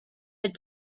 had